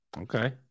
okay